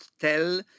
tell